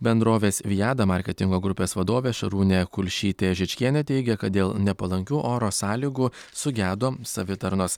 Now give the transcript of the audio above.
bendrovės vijada marketingo grupės vadovė šarūnė kulšytė žičkienė teigia kad dėl nepalankių oro sąlygų sugedo savitarnos